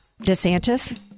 desantis